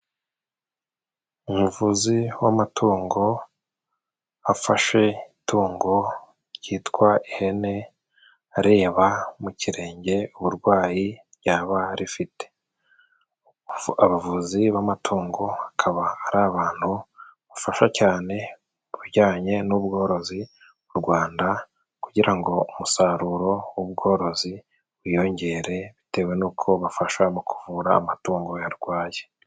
Umuvuzi w'amatungo afashe itungo ryitwa ihene, areba mu kirenge uburwayi ryaba rifite. Abavuzi b'amatungo bakaba ari abantu, bafasha cyane ku bijyanye n'ubworozi mu Rwanda. Kugira ngo umusaruro w'ubworozi wiyongere, bitewe nuko bafasha mu kuvura amatungo yarwaye.